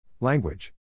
Language